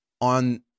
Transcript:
on